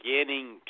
beginning